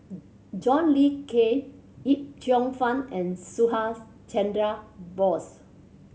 John Le Cain Yip Cheong Fun and Subhas Chandra Bose